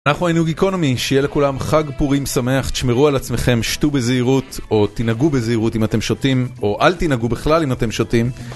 אנחנו היינו גיקונומי, שיהיה לכולם חג פורים שמח, תשמרו על עצמכם, שתו בזהירות או תנהגו בזהירות אם אתם שותים, או אל תנהגו בכלל אם אתם שותים.